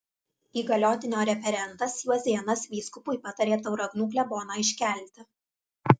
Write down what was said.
įgaliotinio referentas juozėnas vyskupui patarė tauragnų kleboną iškelti